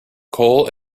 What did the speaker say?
cole